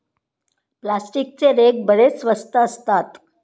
प्लास्टिकचे रेक बरेच स्वस्त असतात